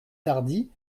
tardy